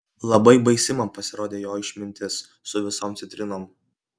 labai baisi man pasirodė jo išmintis su visom citrinom